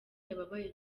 yababaye